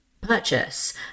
purchase